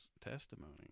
testimony